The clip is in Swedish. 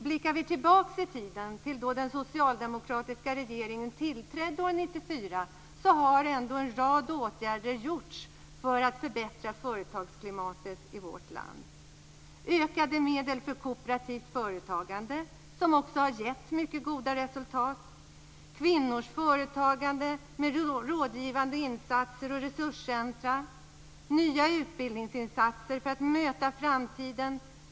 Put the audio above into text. Blickar vi tillbaka i tiden till då den socialdemokratiska regeringen tillträdde år 1994 så har ändå en rad åtgärder vidtagits för att förbättra företagsklimatet i vårt land. Ökade medel för kooperativt företagande har givit mycket goda resultat. Detsamma gäller kvinnors företagande med rådgivande insatser och resurscentrum samt nya utbildningsinsatser för att möta framtiden.